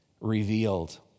revealed